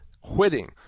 quitting